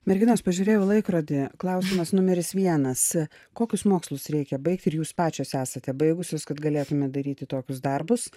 merginos pažiūrėjau į laikrodį klausimas numeris vienas kokius mokslus reikia baigti ir jūs pačios esate baigusios kad galėtume daryti tokius darbus